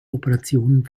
operationen